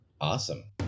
Awesome